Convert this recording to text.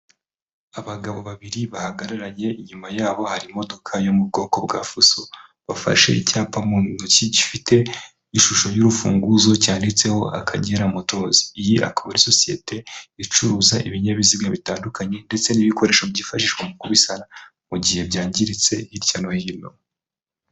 abagabo babiri bahagararanye inyuma yabo hari imodoka yo mu bwoko bwa fusso bafashe icyapa mu ntoki gifite ishusho y'urufunguzo cyanditseho akagera motos iyi akaba ari sosiyete icuruza ibinyabiziga bitandukanye ndetse n'ibikoresho byifashishwa mu kubisana mu gihe byangiritse hirya no hino